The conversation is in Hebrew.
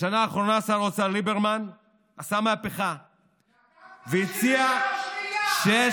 בשנה האחרונה שר האוצר ליברמן עשה מהפכה והציע 6,000